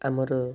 ଆମର